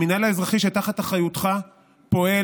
המינהל האזרחי שתחת אחריותך פועל